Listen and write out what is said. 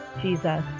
Jesus